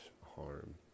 harm